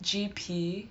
G_P